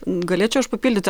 galėčiau aš papildyti